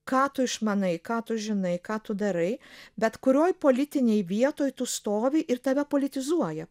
ką tu išmanai ką tu žinai ką tu darai bet kurioj politinėj vietoj tu stovi ir tave politizuoja